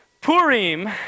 Purim